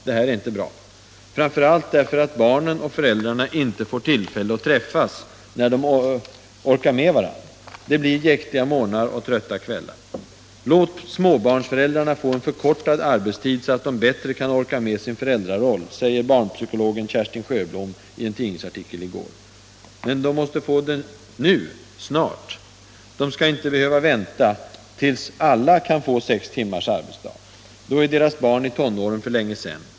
Det här är inte bra, framför allt därför att barnen och föräldrarna inte får tillfälle att träffas medan de orkar med varandra. Det blir jäktiga morgnar och trötta kvällar. Låt småbarnsföräldrarna få en förkortad arbetstid så att de bättre kan orka med sin föräldraroll, sade barnpsykologen Kerstin Sjöblom i en tidningsartikel i går. Men de måste få det nu, snart. De skall inte behöva vänta tills alla kan få sex timmars arbetsdag. Då är deras barn i tonåren för länge sedan.